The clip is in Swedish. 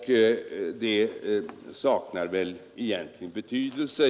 Den saknar väl egentligen betydelse.